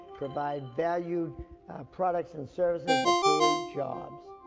provide valued products and services that create jobs.